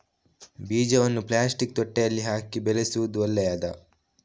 ಬೀಜವನ್ನು ಪ್ಲಾಸ್ಟಿಕ್ ತೊಟ್ಟೆಯಲ್ಲಿ ಹಾಕಿ ಬೆಳೆಸುವುದು ಒಳ್ಳೆಯದಾ?